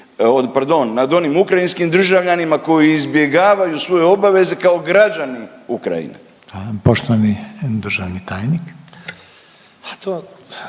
pardon nad onim ukrajinskim državljanima koji izbjegavaju svoje obaveze kao građani Ukrajine. **Reiner, Željko